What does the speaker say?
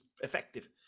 effective